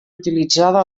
utilitzada